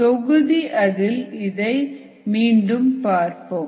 தொகுதி அதில் இதை மீண்டும் பார்ப்போம்